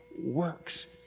works